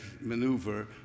maneuver